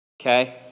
okay